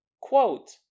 quote